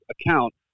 account